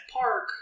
park